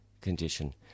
condition